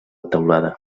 teulada